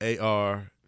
AR